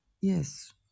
Yes